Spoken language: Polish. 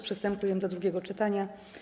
Przystępujemy do drugiego czytania.